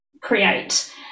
create